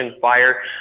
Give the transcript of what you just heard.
FIRE